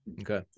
Okay